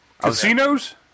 Casinos